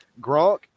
Gronk